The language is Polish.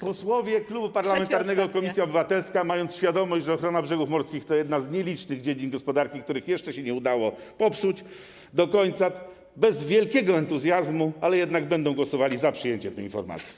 Posłowie Klubu Parlamentarnego Koalicja Obywatelska, mając świadomość, że ochrona brzegów morskich to jedna z nielicznych dziedzin gospodarki, których jeszcze się nie udało popsuć do końca, bez wielkiego entuzjazmu, ale jednak będą głosowali za przyjęciem tej informacji.